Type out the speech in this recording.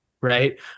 right